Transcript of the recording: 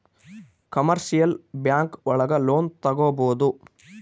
commercial bank ಒಳಗ loan ತಗೊಬೋದು